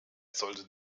sollte